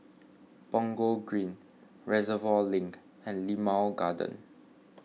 Punggol Green Reservoir Link and Limau Garden